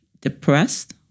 depressed